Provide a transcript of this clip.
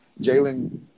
Jalen